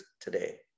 today